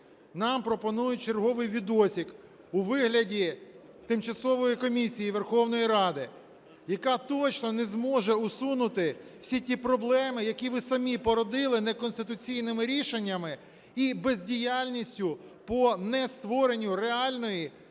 нам пропонують черговий "відосик" у вигляді Тимчасової комісії Верховної Ради, яка точно не може усунути всі ті проблеми, які ви самі породили неконституційними рішення і бездіяльністю по нестворенню реальної